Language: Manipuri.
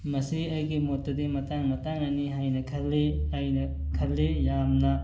ꯃꯁꯤ ꯑꯩꯒꯤ ꯃꯣꯠꯇꯗꯤ ꯃꯇꯥꯡ ꯃꯇꯥꯡꯅꯅꯤ ꯍꯥꯏꯅ ꯈꯜꯂꯤ ꯑꯩꯅ ꯈꯜꯂꯤ ꯌꯥꯝꯅ